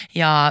ja